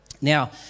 Now